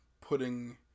putting